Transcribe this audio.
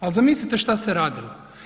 Ali zamislite šta se je radilo.